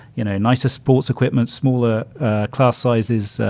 you know, nicer sports equipment, smaller class sizes,